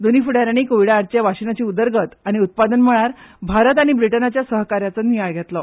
दोनूय फुडा यांनी कोविडाआडचे वाशीनाची उदरगत आनी उत्पादन मळार भारत आनी ब्रिटनाच्या सहकार्याचो नियाळ घेतलो